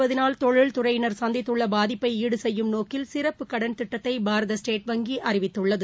Covid பத்தொன்பதினால் தொழில் துறையினர் சந்தித்துள்ளபாதிப்பைஈடுசெய்யும் நோக்கில் சிறப்பு கடன் திட்டத்தைபாரத ஸ்டேட் வங்கிஅறிவித்துள்ளது